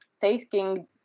taking